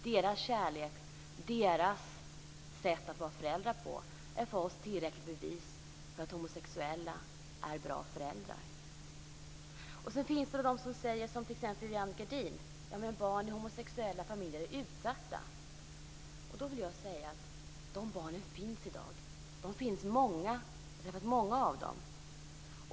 Deras kärlek och deras sätt att vara föräldrar på är för oss tillräckligt bevis för att homosexuella är bra föräldrar. Sedan finns det sådana som säger som t.ex. Vivann Gerdin, att barn i homosexuella familjer är utsatta. Dessa barn finns i dag. Jag har träffat många av dem.